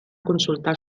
consultar